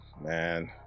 man